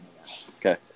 Okay